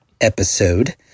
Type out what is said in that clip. Episode